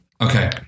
Okay